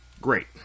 Great